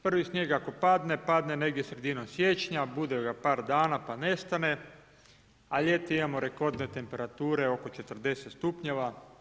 Prvi snijeg ako padne, padne negdje sredinom siječnja, bude ga par dana pa nestane, a ljeti imamo rekordne temperature oko 40 stupnjeva.